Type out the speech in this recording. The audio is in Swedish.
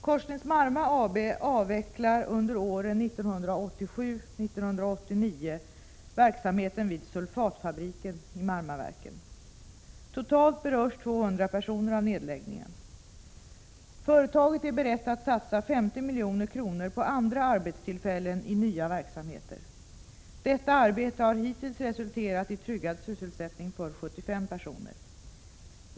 Korsnäs-Marma AB avvecklar under åren 1987-1989 verksamheten vid sulfatfabriken i Marmaverken. Totalt berörs 200 personer av nedläggningen. Företaget är berett att satsa 50 milj.kr. på andra arbetstillfällen i nya verksamheter. Detta arbete har hittills resulterat i tryggad sysselsättning för 75 personer.